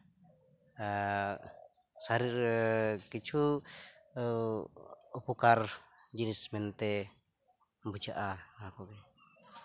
ᱥᱟᱹᱨᱤᱜᱮ ᱠᱤᱪᱷᱩ ᱩᱯᱚᱠᱟᱨ ᱡᱤᱱᱤᱥ ᱢᱮᱱᱛᱮ ᱵᱩᱡᱷᱟᱹᱜᱼᱟ ᱚᱱᱟᱠᱚᱜᱮ